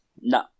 No